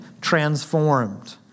transformed